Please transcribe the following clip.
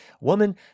woman